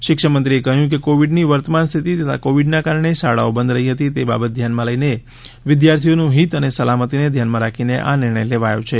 શિક્ષણમંત્રીએ કહ્યું કે કોવિડની વર્તમાન સ્થિતિ તથા કોવિડના કારણે શાળાઓ બંધ રહી હતી તે બાબત ધ્યાનમાં લઈને વિદ્યાર્થિઓનું હિત અને સલામતીને ધ્યાનમાં રાખીને આ નિર્ણય લેવાયો છે